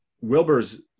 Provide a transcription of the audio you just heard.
Wilbur's